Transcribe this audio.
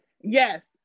yes